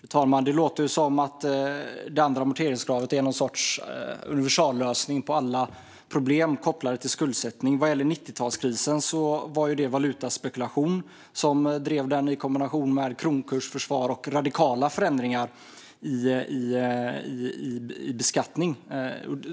Fru talman! Det låter ju som att det andra amorteringskravet är någon sorts universallösning på alla problem kopplade till skuldsättning. Vad gäller 90-talskrisen var det valutaspekulation som drev den, i kombination med kronkursförsvar och radikala förändringar i beskattning.